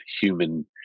human